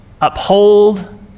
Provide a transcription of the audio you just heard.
uphold